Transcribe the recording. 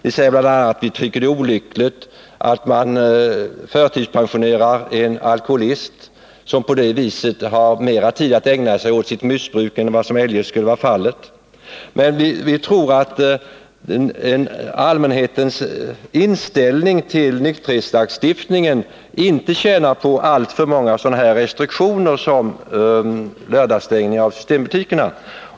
Vi tycker att det är olyckligt att man förtidspensionerar en alkoholist, som på det viset får mera tid att ägna sig åt sitt missbruk än vad som eljest skulle vara fallet. Men vi tror att allmänhetens inställning till nykterhetslagstiftningen inte tjänar på alltför många sådana restriktioner som lördagsstängning i systembutikerna.